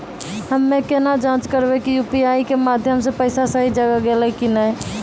हम्मय केना जाँच करबै की यु.पी.आई के माध्यम से पैसा सही जगह गेलै की नैय?